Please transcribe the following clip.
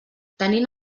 tenint